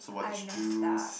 I messed up